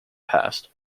past